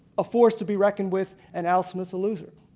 a force to be reckoned with and al smith is a loser